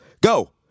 Go